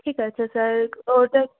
ঠিক আছে স্যার ওদের